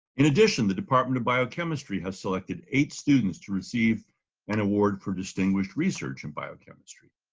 in addition, the department of biochemistry has selected eight students to receive an award for distinguished research in biochemistry.